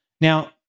Now